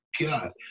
God